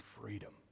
freedom